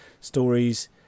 stories